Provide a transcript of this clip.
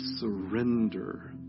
surrender